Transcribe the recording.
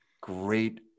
great